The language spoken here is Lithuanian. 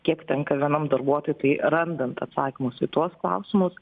kiek tenka vienam darbuotojui tai randant atsakymus į tuos klausimus